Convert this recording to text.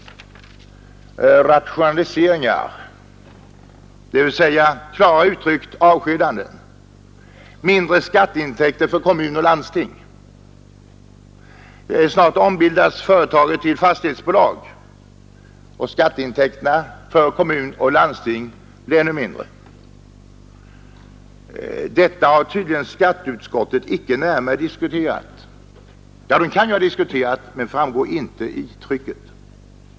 Rationaliseringar — klarare uttryckt: ”avskedanden” — mindre skatteintäkter för kommun och landsting. Snart ombildas företaget till fastighetsbolag och skatteintäkterna för kommun och landsting blir ännu mindre. Detta har skatteutskottet tydligen icke närmare diskuterat — ja, man kan ju ha diskuterat det, men det framgår i varje fall inte av trycket.